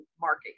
market